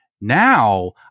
Now